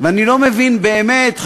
ואני לא מבין באמת,